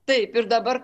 taip ir dabar